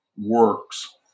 Works